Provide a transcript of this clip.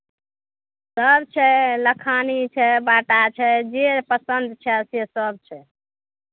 सभ छै लखानी छै बाटा छै जे पसन्द छै से सभ छै